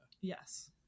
Yes